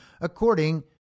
according